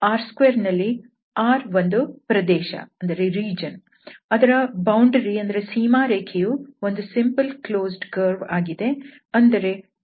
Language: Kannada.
ಅಂದರೆ R2ನಲ್ಲಿ R ಒಂದು ಪ್ರದೇಶ ಅದರ ಸೀಮಾರೇಖೆ ಯು ಒಂದು ಸಿಂಪಲ್ ಕ್ಲೋಸ್ಡ್ ಕರ್ವ್ ಆಗಿದೆ